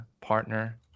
partner